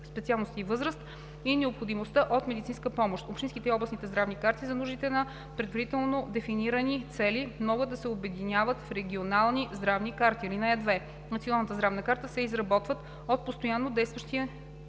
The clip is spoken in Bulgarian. специалности и възраст и необходимостта от медицинска помощ. Общинските и областните здравни карти, за нуждите на предварително дефинирани цели, могат да се обединяват в регионални здравни карти. (2) Националната здравна карта се изработва от постоянно действаща